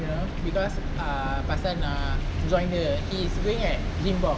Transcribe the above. you know because uh pasal nak join the east wing at GYMMBOXX